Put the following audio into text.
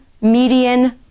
median